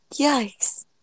Yikes